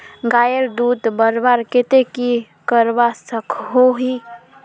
गायेर दूध बढ़वार केते की करवा सकोहो ही?